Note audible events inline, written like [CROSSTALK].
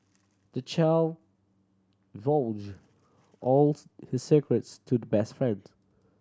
the child [UNINTELLIGIBLE] all his secrets to the best friends